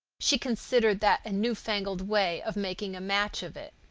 she considered that a newfangled way of making a match of it.